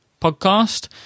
podcast